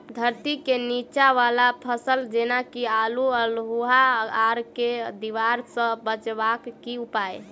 धरती केँ नीचा वला फसल जेना की आलु, अल्हुआ आर केँ दीवार सऽ बचेबाक की उपाय?